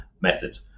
method